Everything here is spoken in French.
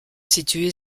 située